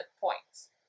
points